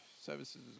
services